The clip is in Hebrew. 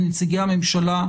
לנציגי הממשלה,